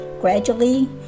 Gradually